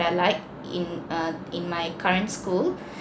I like in err in my current school